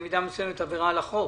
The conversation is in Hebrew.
במידה מסוימת עבירה על החוק.